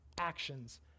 actions